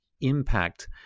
impact